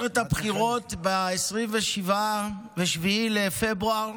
ב-27 בפברואר,